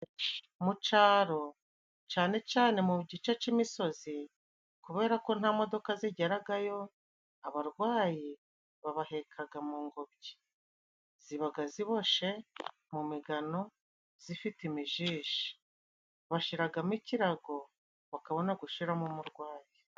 Mu caro cane cane mu gice c'imisozi, kubera ko nta modoka zigeragayo, abarwayi babahekaga mu ngobyi. Zibaga ziboshe mu migano zifite imijishi. Bashiragamo ikirago bakabona gushiramo umurwayi.